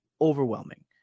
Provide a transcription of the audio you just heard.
overwhelming